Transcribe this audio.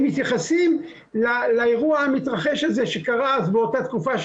הם מתייחסים לאירוע המתרחש הזה שקרה אז באותה תקופה,